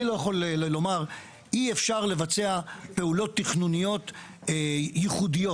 אני לא יכול לומר אי אפשר לבצע פעולות תכנוניות ייחודיות.